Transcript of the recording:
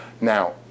Now